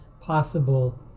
possible